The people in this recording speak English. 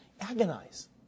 agonize